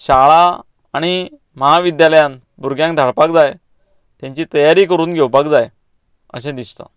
शाळा आनी महाविद्द्यालयांत भुरग्यांक धाडपाक जाय तेंची तयारी करून घेवपाक जाय अशें दिसता